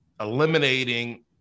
eliminating